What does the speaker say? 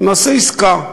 נעשה עסקה,